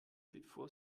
bevor